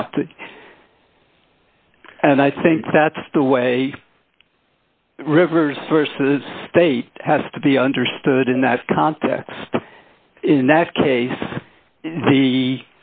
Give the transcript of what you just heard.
count and i think that's the way rivers versus state has to be understood in that context in that case he